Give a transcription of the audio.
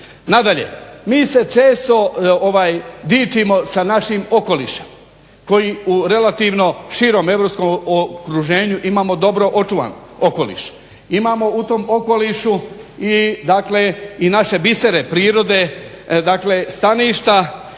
Nadalje, mi se često dičimo sa našim okolišem koji u relativno širem europskom okruženju imamo dobro očuvan okoliš, imamo u tom okolišu i dakle i naše bisere prirode, dakle staništa